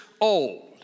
old